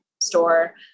store